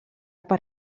per